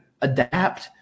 adapt